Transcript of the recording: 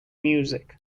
music